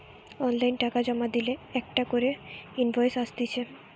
online টাকা জমা দিলে একটা করে ইনভয়েস আসতিছে